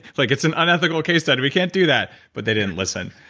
like it's an unethical case study, we can't do that. but they didn't listen